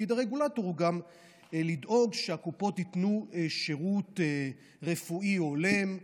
תפקיד הרגולטור הוא גם לדאוג שהקופות ייתנו שירות רפואי הולם,